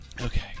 Okay